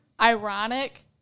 ironic